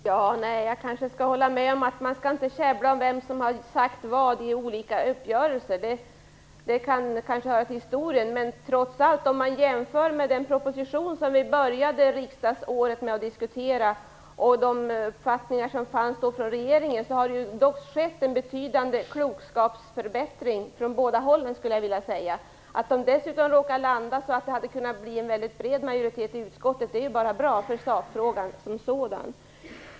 Fru talman! Jag kan hålla med om att man inte skall käbbla om vem som har sagt vad i olika uppgörelser. Det hör kanske till historien. Men om man jämför med den proposition som vi började riksdagsåret med att diskutera och de uppfattningar som regeringen då hade har det dock skett en betydande klokskapsförbättring från båda håll. Att det dessutom råkade landa så att det hade kunnat bli en mycket bred majoritet i utskottet är ju bara bra för sakfrågan som sådan.